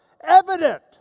evident